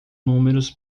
números